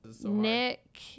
Nick